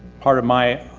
part of my